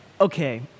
okay